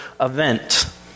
event